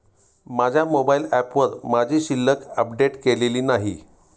माझ्या मोबाइल ऍपवर माझी शिल्लक अपडेट केलेली नाही